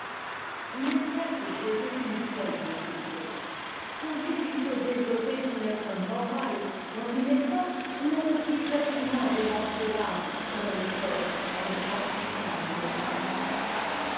on n'exerce chez eux qu'une seule faculté tandis qu'il faut développer tout t'être moral dans une époque où l'on peut si facilement déranger l'âme comme le corps en ne fortisant qu'une partie